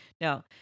Now